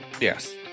Yes